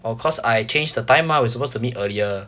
orh cause I changed the time mah we were supposed to be earlier